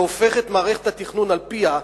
שהופך את מערכת התכנון על פיה,